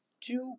two